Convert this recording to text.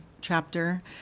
chapter